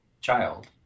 child